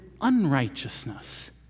unrighteousness